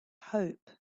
hope